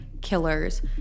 killers